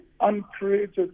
uncreated